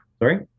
sorry